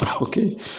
okay